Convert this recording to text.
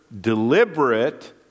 deliberate